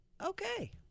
Okay